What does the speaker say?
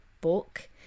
book